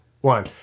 one